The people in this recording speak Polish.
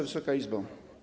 Wysoka Izbo!